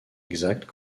exact